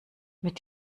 mit